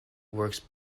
works